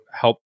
help